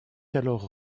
alors